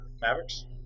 Mavericks